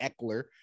Eckler